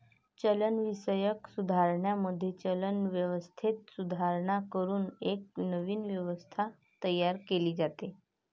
चलनविषयक सुधारणांमध्ये, चलन व्यवस्थेत सुधारणा करून एक नवीन व्यवस्था तयार केली जाते